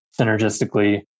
synergistically